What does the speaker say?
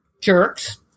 jerks